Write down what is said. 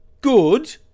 good